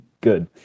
good